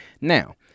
Now